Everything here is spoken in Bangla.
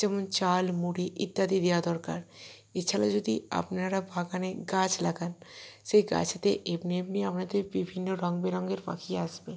যেমন চাল মুড়ি ইত্যাদি দেওয়া দরকার এছাড়াও যদি আপনারা বাগানে গাছ লাগান সেই গাছেতে এমনি এমনি আমাদের বিভিন্ন রংবেরঙের পাখি আসবে